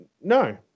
no